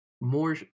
more